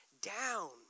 down